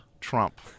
Trump